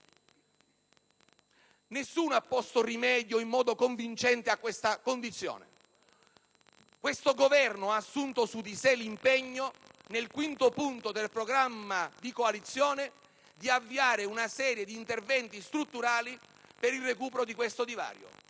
Nessuno ha posto rimedio in modo convincente a questa condizione. Questo Governo ha assunto su di sé l'impegno, nel quinto punto del programma di coalizione, di avviare una serie di interventi strutturali per il recupero di tale divario.